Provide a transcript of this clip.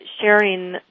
sharing